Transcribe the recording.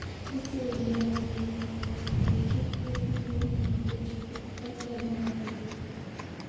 ᱡᱮᱭᱥᱮ ᱩᱭᱦᱟᱹᱨ ᱟᱠᱚ ᱜᱮᱡ ᱜᱩᱨᱤᱡ ᱫᱚ ᱤᱧ ᱦᱚᱸᱧ ᱜᱮᱡ ᱜᱩᱨᱤᱡ ᱟᱠᱟᱫ ᱜᱮᱭᱟ ᱵᱚᱸᱜᱟᱼᱵᱳᱨᱳ ᱨᱮᱫᱚ